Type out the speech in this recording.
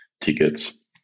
tickets